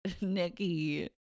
nikki